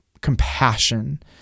compassion